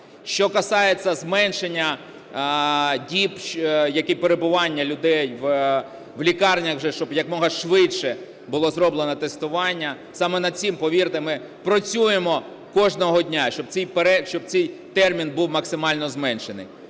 Що стосується зменшення діб перебування людей в лікарнях, уже щоб якомога швидше було зроблено тестування, саме над цим, повірте, ми працюємо кожного дня, щоб цей термін був максимально зменшений.